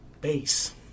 base